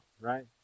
right